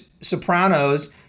Sopranos